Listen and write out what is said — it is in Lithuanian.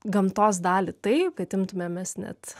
gamtos dalį taip kad imtumėmės net